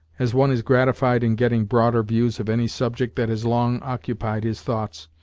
as one is gratified in getting broader views of any subject that has long occupied his thoughts,